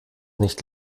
nicht